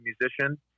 musician